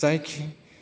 जायखि